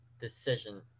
decision